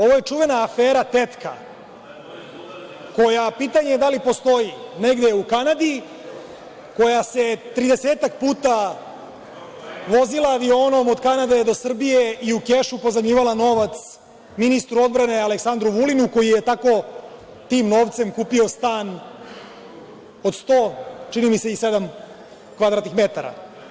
Ovo je čuvena afera „Tetka“ koja pitanje je da li postoji negde u Kanadi, koja se tridesetak puta vozila avionom od Kanade do Srbije i u kešu pozajmljivala novac ministru odbrane, Aleksandru Vulinu, koji je tako tim novcem kupio stan od sto čini mi se i sedam kvadratnih metara.